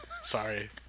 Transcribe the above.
Sorry